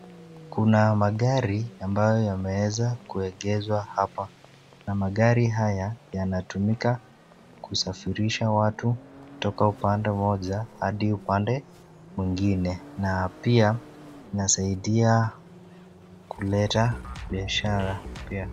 Kuna magari ambayo yameweza kuegeshwa hapa na magari haya yanatumika kusafirisha watu kutoka upande mmoja hadi upande mwingine na pia inasaidia kuleta biashara pia.